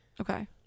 Okay